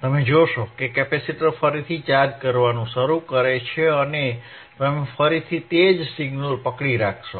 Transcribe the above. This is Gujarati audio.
તમે જોશો કે કેપેસિટર ફરીથી ચાર્જ કરવાનું શરૂ કરે છે અને તમે ફરીથી તે જ સિગ્નલ પકડી રાખશો